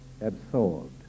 absorbed